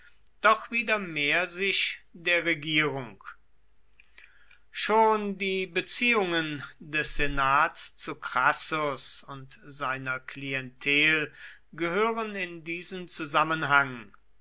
doch wieder mehr sich der regierung schon die beziehungen des senats zu crassus und seiner klientel gehören in diesen zusammenhang